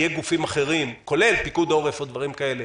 יהיה גופים אחרים כולל פיקוד העורף או דברים כאלה.